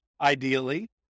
ideally